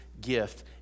gift